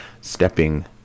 stepping